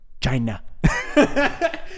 China